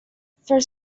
for